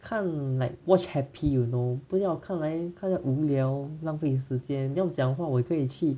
看 like watch happy you know 不要看来看来无聊 then 浪费时间要讲话我也可以去